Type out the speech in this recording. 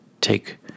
take